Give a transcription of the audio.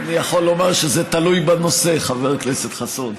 אני יכול לומר שזה תלוי בנושא, חבר הכנסת חסון.